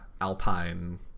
Alpine